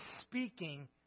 speaking